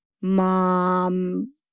mom